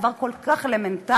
דבר כל כך אלמנטרי,